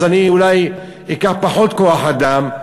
אז אני אולי אקח פחות כוח-אדם,